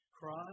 cry